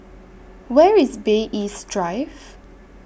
Where IS Bay East Drive